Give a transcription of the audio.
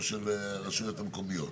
או של הרשויות המקומיות.